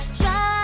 try